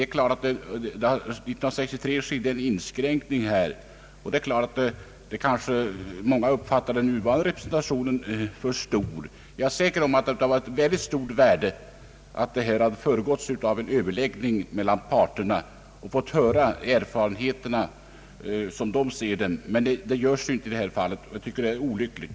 år 1963 skedde en inskränkning i medbestämmanderätten, och det är klart att många kanske uppfattar den nuvarande representationen som för stor. Jag är emellartid säker på att det hade varit av stort värde om en överläggning ägt rum mellan parterna, innan vi fattat beslut. Vi hade därvid fått ta del av båda parters erfarenheter. Så har inte skett, och det tycker jag är olyckligt.